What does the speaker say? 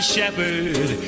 Shepherd